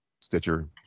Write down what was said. Stitcher